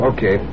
Okay